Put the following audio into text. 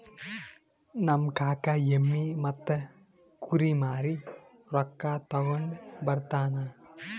ನಮ್ ಕಾಕಾ ಎಮ್ಮಿ ಮತ್ತ ಕುರಿ ಮಾರಿ ರೊಕ್ಕಾ ತಗೊಂಡ್ ಬರ್ತಾನ್